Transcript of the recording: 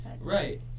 right